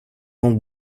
donc